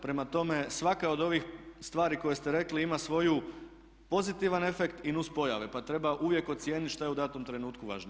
Prema tome, svaka od ovih stvari koje ste rekli ima svoj pozitivan efekt i nuspojave pa treba uvijek ocijeniti što je u datom trenutku važnije.